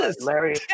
Larry